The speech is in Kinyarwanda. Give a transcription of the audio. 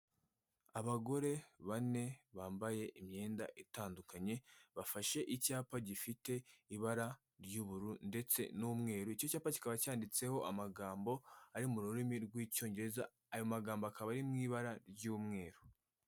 Abagore bane bambaye imyenda itandukanye, bafashe icyapa gifite ibara ry'ubururu ndetse n'umweru, icyo cyapa kikaba cyanditseho amagambo ari mu rurimi rw'icyongereza, ayo magambo akaba ari mu ibara ry'umweru.